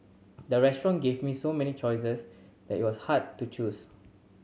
the restaurant gave me so many choices that it was hard to choose